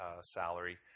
salary